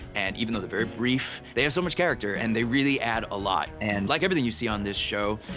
and even though they're very brief, they have so much character, and they really add a lot. and like everything you see on this show,